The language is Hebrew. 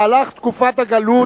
בתקופת הגלות